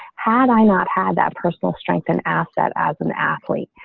had i not had that personal strength and asset as an athlete.